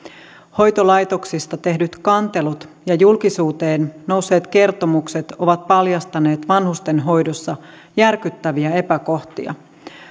hoitolaitoksista tehdyt kantelut ja julkisuuteen nousseet kertomukset ovat paljastaneet vanhustenhoidossa järkyttäviä epäkohtia